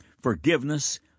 Forgiveness